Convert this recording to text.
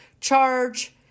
charge